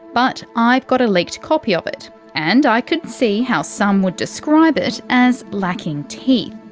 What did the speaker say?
but i've got a leaked copy of it and i can see how some would describe it as lacking teeth.